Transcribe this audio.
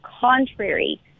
contrary